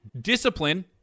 Discipline